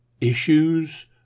issues